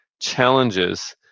challenges